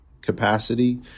capacity